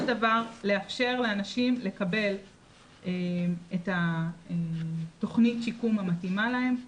דבר לאפשר לאנשים לקבל את תוכנית השיקום המתאימה להם.